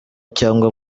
cyangwa